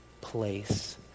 place